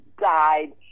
died